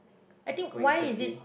I think why is it